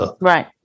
Right